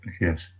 Yes